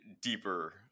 deeper